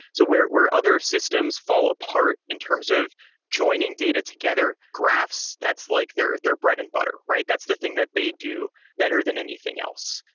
so where where other systems fall apart in terms of joining data together, graphs, that's like their their bread and-butter, right? that's the thing that they do better than anything else.